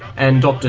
and